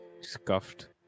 scuffed